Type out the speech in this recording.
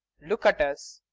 look at us.